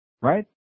right